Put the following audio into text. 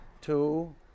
two